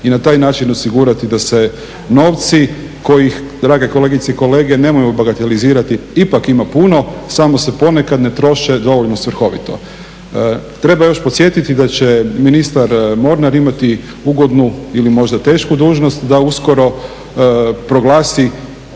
I na taj način osigurati da se novci kojih drage kolegice i kolege nemojmo bagatelizirati ipak ima puno samo se ponekad ne troše dovoljno svrhovito. Treba još podsjetiti da će ministar Mornar imati ugodnu ili možda tešku dužnost da uskoro proglasi